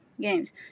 games